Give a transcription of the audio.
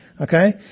okay